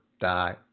die